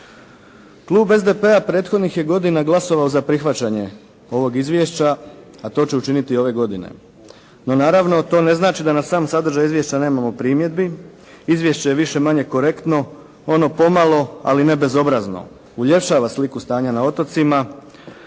Klub SDP-a prethodnih je godina glasovao za prihvaćanje ovog izvješća a to će učiniti i ove godine. No naravno to ne znači da na sam sadržaj izvješća nemamo primjedbi. Izvješće je više-manje korektno. Ono pomalo ali ne bezobrazno uljepšava sliku stanja na otocima,